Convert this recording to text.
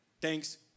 Thanks